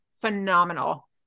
phenomenal